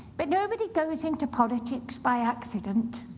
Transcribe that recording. but nobody goes into politics by accident.